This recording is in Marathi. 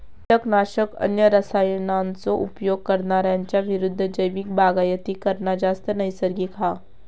किटकनाशक, अन्य रसायनांचो उपयोग करणार्यांच्या विरुद्ध जैविक बागायती करना जास्त नैसर्गिक हा